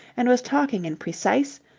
and was talking in precise,